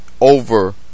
over